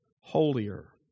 holier